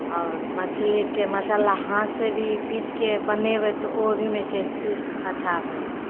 आओर मछलीके मसाला हाथसँ भी पीसके बनेबै तऽ ओइमे भी टेस्टी अच्छा होइ हइ